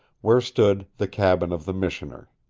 where stood the cabin of the missioner.